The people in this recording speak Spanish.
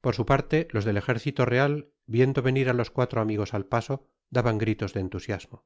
por su parte los del ejército real viendo venir á los cuatro amigos al paso dabau gritos de entusiasmo